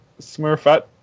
Smurfette